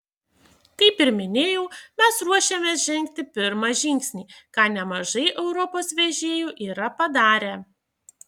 kaip ir minėjau mes ruošiamės žengti pirmą žingsnį ką nemažai europos vežėjų yra padarę